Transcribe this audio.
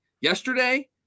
yesterday